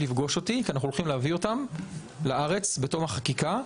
לפגוש אותי כי אנחנו הולכים להביא אותם לארץ בתום החקיקה,